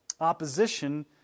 opposition